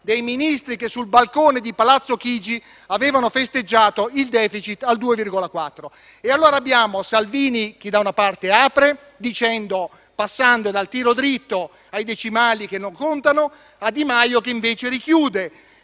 dei Ministri che sul balcone di Palazzo Chigi avevano festeggiato il *deficit* al 2,4. Allora, abbiamo Salvini che da una parte apre, passando dal «tiro dritto» ai decimali che non contano, Di Maio che invece richiude